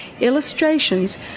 illustrations